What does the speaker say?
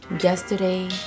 yesterday